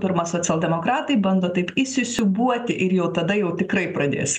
pirma socialdemokratai bando taip įsisiūbuoti ir jau tada jau tikrai pradės